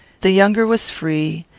the younger was free,